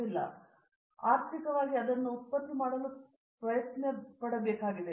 ಸರಿ ಆದರೆ ಆರ್ಥಿಕವಾಗಿ ಅದನ್ನು ಉತ್ಪತ್ತಿ ಮಾಡಲು ಮಾಡಬೇಕಾಗಿದೆ